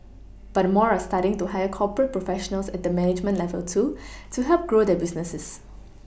but more are starting to hire corporate professionals at the management level too to help grow their businesses